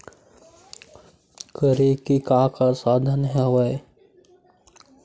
करे के का का साधन हवय?